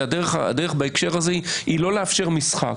והדרך בהקשר הזה היא לא לאפשר משחק.